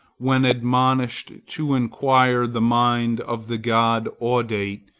when admonished to inquire the mind of the god audate,